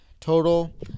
total